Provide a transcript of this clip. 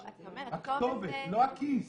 הכתובת, לא הכיס.